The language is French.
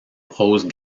prose